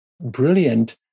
brilliant